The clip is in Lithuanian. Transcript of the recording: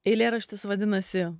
eilėraštis vadinasi